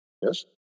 Yes